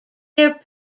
their